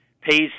pays